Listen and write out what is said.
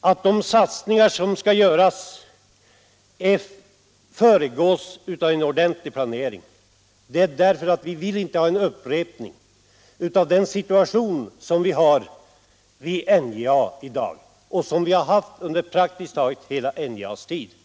att de satsningar som skall göras föregås av en ordentlig planering beror på att vi inte vill ha en upprepning av den situation vi har vid NJA i dag och som vi har haft under praktiskt taget hela NJA:s tid.